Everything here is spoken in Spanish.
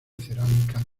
cerámica